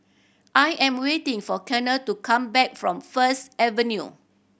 I am waiting for Conor to come back from First Avenue